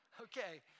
okay